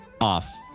off